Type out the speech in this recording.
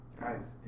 Guys